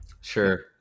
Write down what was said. Sure